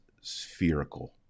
spherical